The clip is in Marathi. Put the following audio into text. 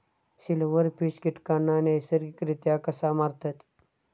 सिल्व्हरफिश कीटकांना नैसर्गिकरित्या कसा मारतत?